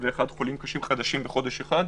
קארין אלהרר, בבקשה.